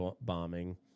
bombing